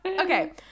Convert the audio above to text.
Okay